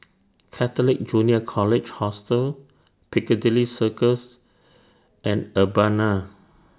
Catholic Junior College Hostel Piccadilly Circus and Urbana